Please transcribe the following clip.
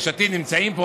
יש עתיד נמצאים פה,